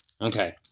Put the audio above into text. okay